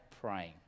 praying